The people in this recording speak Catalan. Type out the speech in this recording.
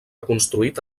construït